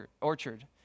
orchard